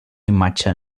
imatge